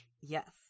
Yes